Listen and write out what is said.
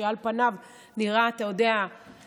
שעל פניו נראה פשוט,